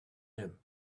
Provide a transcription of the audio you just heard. him